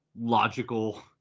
logical